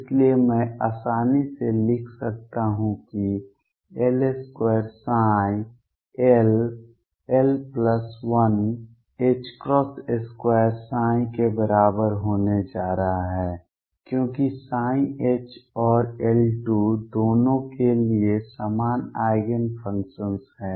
इसलिए मैं आसानी से लिख सकता हूं कि L2 ll12 ψ के बराबर होने जा रहा है क्यों क्योंकि ψ H और L2 दोनों के लिए समान आइगेन फंक्शन हैं